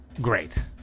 great